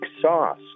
sauce